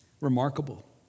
Remarkable